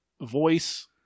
voice